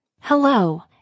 Hello